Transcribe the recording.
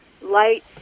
light